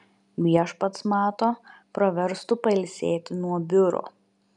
viešpats mato praverstų pailsėti nuo biuro